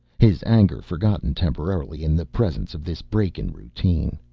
his anger forgotten temporarily in the presence of this break in routine.